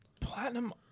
Platinum